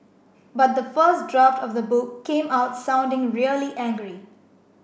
but the first draft of the book came out sounding really angry